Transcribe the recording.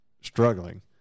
struggling